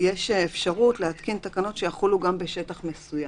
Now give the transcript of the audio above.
יש אפשרות להתקין תקנות שיחולו גם בשטח מסוים.